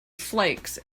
flakes